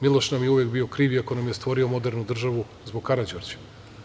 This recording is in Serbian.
Miloš nam je uvek bio kriv, iako nam je stvorio modernu državu, zbog Karađorđa.